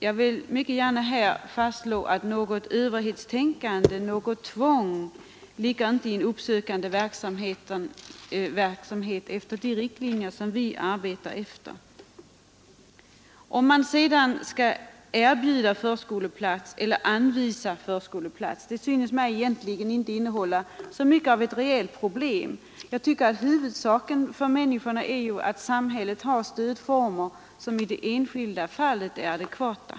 Jag vill gärna här fastslå att något överhetstänkande, något tvång, inte ligger i en uppsökande verksamhet enligt de riktlinjer vi arbetar efter. Om sedan förskoleplats skall ”erbjudas” eller ”anvisas” syns mig inte innehålla så mycket av ett reellt problem. Huvudsaken är att samhället har stödformer, som i det enskilda fallet är adekvata.